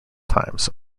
times